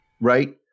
Right